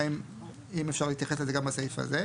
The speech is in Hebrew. האם אפשר להתייחס לזה גם בסעיף הזה?